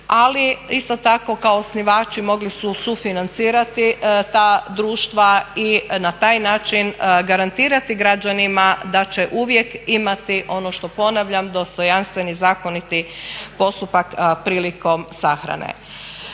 Ali isto tako kao osnivači mogli su sufinancirati ta društva i na taj način garantirati građanima da će uvijek imati ono što ponavljam dostojanstven i zakoniti postupak prilikom sahrane.